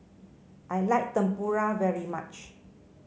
I like Tempura very much